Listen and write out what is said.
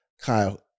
Kyle